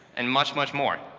and much, much more.